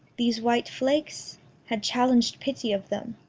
these white flakes had challeng'd pity of them.